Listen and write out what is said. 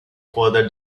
further